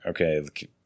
okay